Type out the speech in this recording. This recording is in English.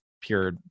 pure